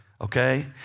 okay